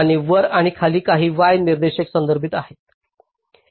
आणि वर आणि खाली काही y निर्देशांकांना संदर्भित करते